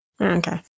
Okay